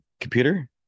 computer